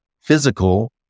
physical